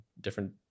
different